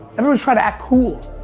everyone trying to act cool.